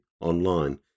online